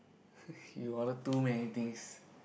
you order too many things